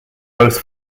both